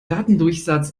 datendurchsatz